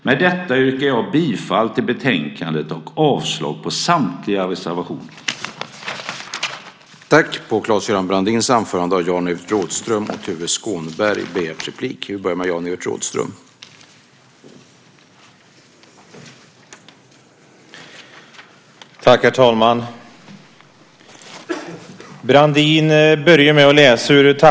Med detta yrkar jag bifall till utskottets förslag och avslag på samtliga reservationer.